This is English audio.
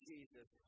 Jesus